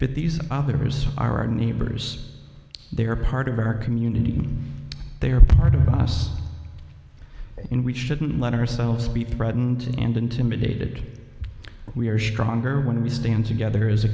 but these operators are our neighbors they are part of our community they are part of us and we shouldn't let ourselves be threatened and intimidated we are stronger when we stand together as a